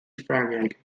ffrangeg